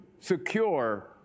secure